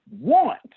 want